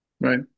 Right